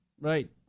right